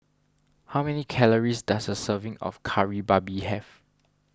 how many calories does a serving of Kari Babi have